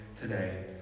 today